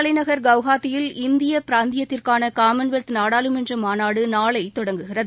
தலைநகர் கவுஹாத்தியில் இந்திய பிராந்தியத்திற்கான காமன்வெல்த் அசாம் நாடாளுமன்ற மாநாடு நாளை தொடங்குகிறது